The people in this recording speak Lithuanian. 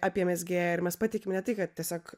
apie mezgėją ir pateikiame ne tai kad tiesiog